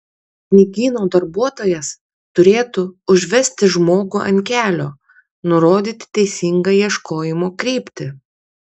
knygyno darbuotojas turėtų užvesti žmogų ant kelio nurodyti teisingą ieškojimo kryptį